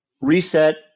reset